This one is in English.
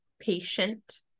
Patient